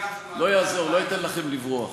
לא יעזור, לא אתן לכם לברוח.